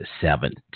seventh